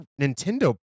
Nintendo